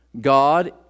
God